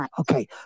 Okay